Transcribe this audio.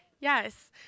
Yes